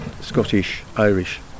Scottish-Irish